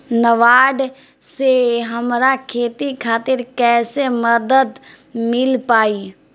नाबार्ड से हमरा खेती खातिर कैसे मदद मिल पायी?